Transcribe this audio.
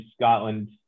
Scotland